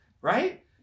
Right